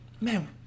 man